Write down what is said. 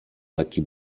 lekki